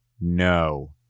No